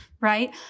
right